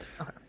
Okay